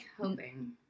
hoping